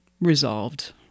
resolved